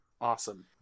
awesome